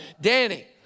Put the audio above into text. Danny